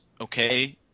okay